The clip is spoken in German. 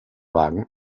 wagen